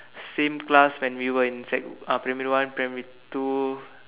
same class when we were in sec primary one primary two